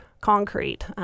concrete